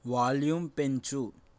volume పెంచు